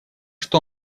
что